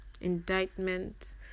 indictment